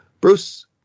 Bruce